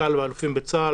רמטכ"לים ואלופים בצה"ל,